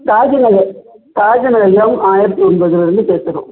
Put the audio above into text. ஆயிரத்தி எண்பதுலேருந்து பேசுறோம்